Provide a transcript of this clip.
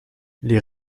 les